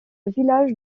village